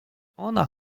ona